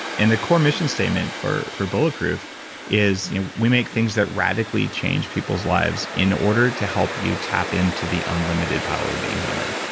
and the core mission statement for for bulletproof is you know we make things that radically change people's lives in order to help you tap into the unlimited power of being human.